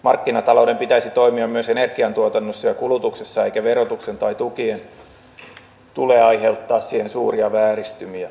markkinatalouden pitäisi toimia myös energiantuotannossa ja kulutuksessa eikä verotuksen tai tukien tule aiheuttaa siihen suuria vääristymiä